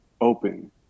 open